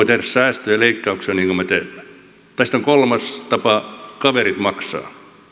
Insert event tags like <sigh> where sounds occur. <unintelligible> tehdä säästöjä leikkauksia niin kuin me teemme sitten on kolmas tapa kaverit